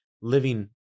living